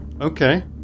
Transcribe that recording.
Okay